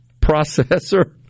Processor